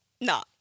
No